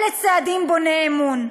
אלה צעדים בוני אמון.